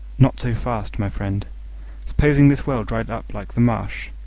not so fast, my friend supposing this well dried up like the marsh,